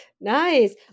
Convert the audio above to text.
Nice